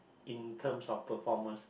in terms of performance